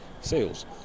sales